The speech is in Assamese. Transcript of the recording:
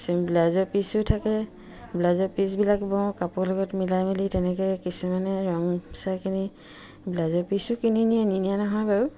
ব্লাউজৰ পিচো থাকে ব্লাউজৰ পিচবিলাক বওঁ কাপোৰ লগত মিলাই মেলি তেনেকে কিছুমানে ৰং চাই কিনি ব্লাউজৰ পিচো কিনি নিয়ে নিনিয়া নহয় বাৰু